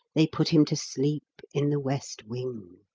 they put him to sleep in the west wing.